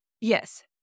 Yes